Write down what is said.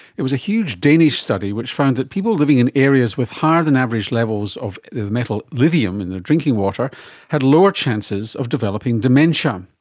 there was a huge danish study which found that people living in areas with higher than average levels of the metal lithium in their drinking water had lower chances of developing dementia.